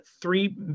three